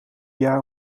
jaar